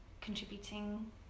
contributing